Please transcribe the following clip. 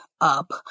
up